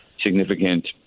significant